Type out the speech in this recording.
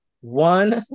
one